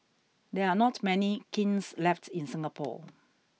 there are not many kilns left in Singapore